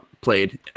played